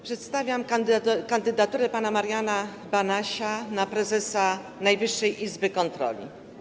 Przedstawiam kandydaturę pana Mariana Banasia na stanowisko prezesa Najwyższej Izby Kontroli.